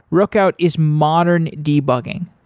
rookout is modern debugging.